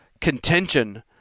contention